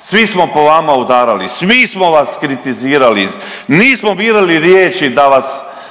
svi smo po vama udarali, svi smo vas kritizirali, nismo birali riječi da vas